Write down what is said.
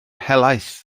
helaeth